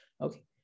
okay